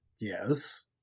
Yes